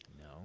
no